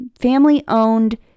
family-owned